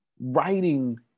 writing